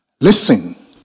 Listen